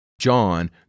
John